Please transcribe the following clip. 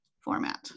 format